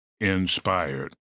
inspired